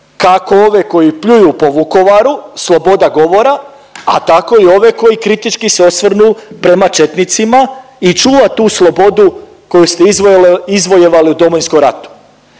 kako ove koji pljuju po Vukovaru sloboda govora, a tako i ove koji kritički se osvrnu prema četnicima i čuvat tu slobodu koju ste izlo… izvojevali u Domovinskom ratu